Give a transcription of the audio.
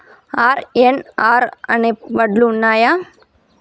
RNR అనే వడ్లు ఉన్నయా?